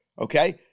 Okay